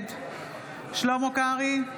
נגד שלמה קרעי,